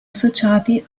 associati